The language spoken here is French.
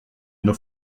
nos